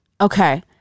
Okay